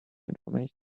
information